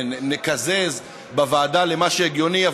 נקזז בוועדה למה שהגיוני,